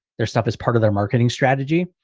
their stuff is part of their marketing strategy.